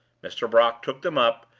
mr. brock took them up,